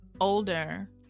older